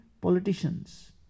politicians